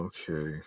Okay